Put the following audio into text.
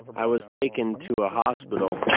um i was taken to a hospital,